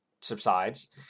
subsides